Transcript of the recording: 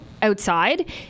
Outside